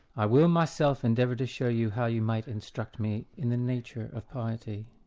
i will myself endeavour to show you how you might instruct me in the nature of piety.